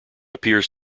appears